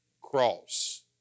cross